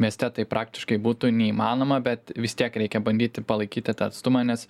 mieste tai praktiškai būtų neįmanoma bet vis tiek reikia bandyti palaikyti tą atstumą nes